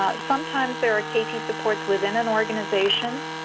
ah sometimes there are kt supports within an organization,